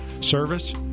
service